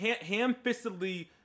ham-fistedly